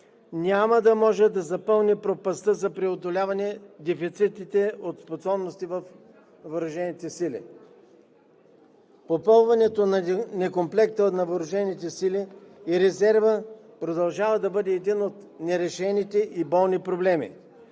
няма да може да запълни пропастта за преодоляване дефицитите от способности във въоръжените сили. Попълването на некомплекта на въоръжените сили и резерва продължава да бъде един от нерешените и болни проблеми.